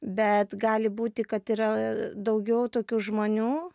bet gali būti kad yra daugiau tokių žmonių